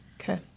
Okay